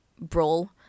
Brawl